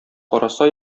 караса